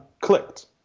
clicked